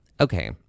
Okay